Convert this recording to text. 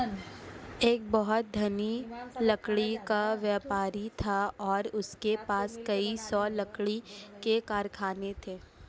एक बहुत धनी लकड़ी का व्यापारी था और उसके पास कई सौ लकड़ी के कारखाने थे